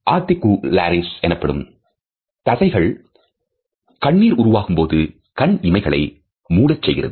ஆர்த்திக்கு லரிஸ் எனப்படும் தசைகள் கண்ணீர் உருவாகும்போது கண் இமைகளை மூட செய்கிறது